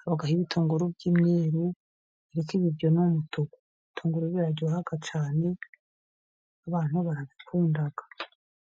Habaho ibitunguru by'umweru ariko ibi byo ni umutuku. Ibitunguru biraryoha cyane abantu barabikunda.